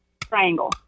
Triangle